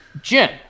Jim